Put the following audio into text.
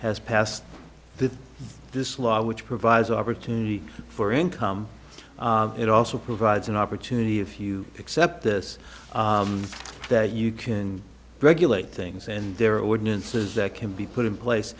has passed this law which provides opportunity for income it also provides an opportunity if you accept this that you can regulate things and there are ordinances that can be put in place